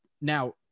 now